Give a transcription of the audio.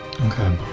Okay